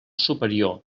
superior